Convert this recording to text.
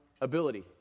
ability